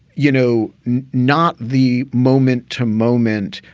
you know, not the moment to moment.